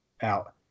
out